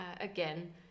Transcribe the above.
again